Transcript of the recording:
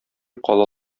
кала